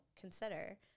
consider